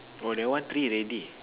oh that one three already